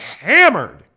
hammered